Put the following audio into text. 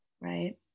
Right